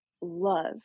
love